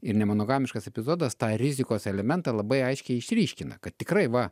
ir nemonogamiškas epizodas tą rizikos elementą labai aiškiai išryškina kad tikrai va